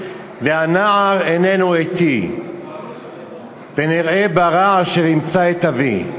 והנער איננו אתי פן אראה ברע אשר ימצא את אבי".